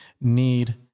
need